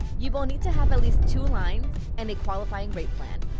you will need to have at least two lines and a qualifying rate plan.